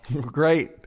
Great